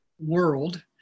world